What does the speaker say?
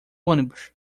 ônibus